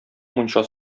мунча